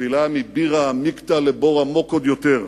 נפילה מבירא עמיקתא לבור עמוק עוד יותר,